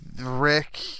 Rick